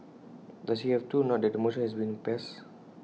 does he have to now that the motion has been passed